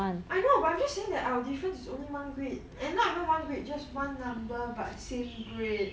I know but I'm just saying that our different is only one grade and not even one grade just one number but same grade